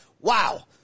Wow